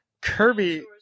Kirby